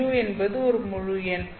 μ என்பது ஒரு முழு எண்